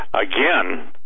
Again